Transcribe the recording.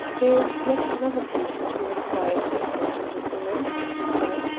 there is yet another patient who requires your attention, gentlemen, he said.